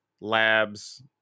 labs